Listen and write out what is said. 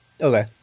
okay